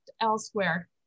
elsewhere